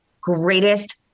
greatest